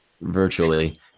virtually